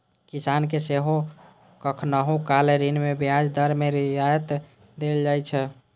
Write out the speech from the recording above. किसान कें सेहो कखनहुं काल ऋण मे ब्याज दर मे रियायत देल जाइ छै